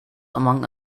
among